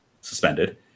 suspended